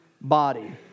body